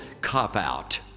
cop-out